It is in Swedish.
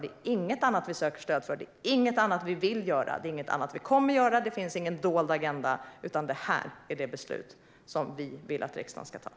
Det är inget annat vi söker stöd för, inget annat vi vill göra och inget annat vi kommer att göra. Det finns ingen dold agenda, utan det här är det beslut som vi vill att riksdagen ska fatta.